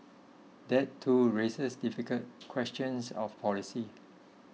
that too raises difficult questions of policy